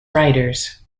writers